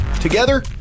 together